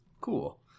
Cool